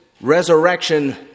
resurrection